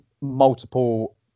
multiple